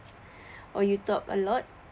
or you talk a lot